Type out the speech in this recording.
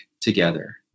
together